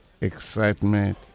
Excitement